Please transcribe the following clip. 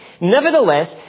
nevertheless